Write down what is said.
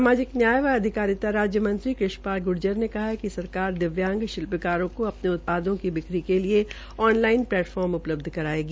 सामाजिक न्याय व अधिकारिता राज्य मंत्री कृष्ण पाल ग्र्जर ने कहा है कि सरकार दिव्यांग शिल्पकारों को अपने उत्पादों की बिक्री के लिए ऑन लाइन उपलब्ध करायेगी